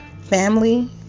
family